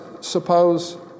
suppose